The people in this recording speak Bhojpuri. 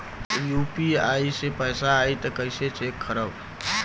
यू.पी.आई से पैसा आई त कइसे चेक खरब?